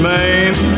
Maine